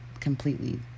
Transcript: completely